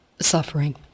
suffering